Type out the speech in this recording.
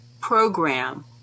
Program